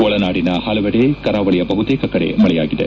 ಒಳನಾಡಿನ ಪಲವೆಡೆ ಕರಾವಳಿಯ ಬಹುತೇಕ ಕಡೆ ಮಳೆಯಾಗಿದೆ